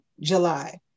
July